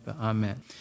Amen